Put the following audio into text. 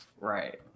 Right